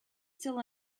still